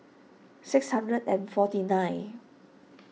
six hundred and forty nine